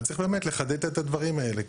צריך באמת לחדד את הדברים האלו.